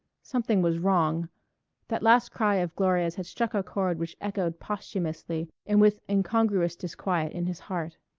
something was wrong that last cry of gloria's had struck a chord which echoed posthumously and with incongruous disquiet in his heart.